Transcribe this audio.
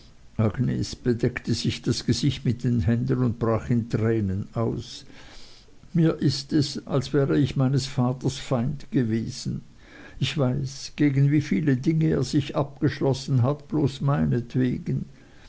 agnes bedeckte sich das gesicht mit den händen und brach in tränen aus mir ist es als wäre ich meines vaters feind gewesen ich weiß gegen wie viele dinge er sich abgeschlossen hat bloß